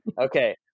Okay